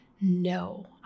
no